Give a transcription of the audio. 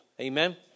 Amen